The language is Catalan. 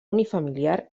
unifamiliar